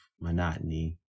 monotony